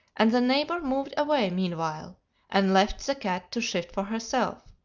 and the neighbor moved away meanwhile and left the cat to shift for herself.